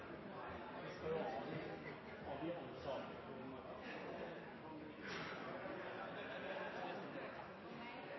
vi skal sikre at vi